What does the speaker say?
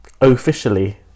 Officially